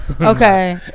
Okay